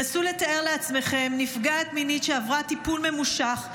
נסו לתאר לעצמכם נפגעת מינית שעברה טיפול ממושך,